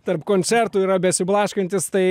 tarp koncertų yra besiblaškantis tai